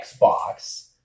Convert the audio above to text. Xbox